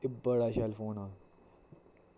एह् बड़ा cell phone हा